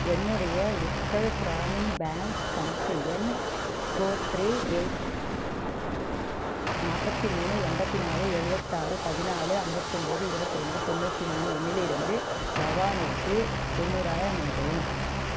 என்னுடைய உட்கல் கிராமின் பேங்க் கணக்கு எண் ஃபோர் த்ரீ எய்ட் நாற்பத்தி மூணு எண்பத்தினாலு எழுபத்தாறு பதினாலு ஐம்பத்தொம்பது இருபத்ரெண்டு தொண்ணூற்று மூணு எண்ணிலிருந்து பவானிக்கு தொண்ணூறாயிரம் அனுப்பவும்